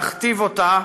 להכתיב אותה,